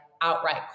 outright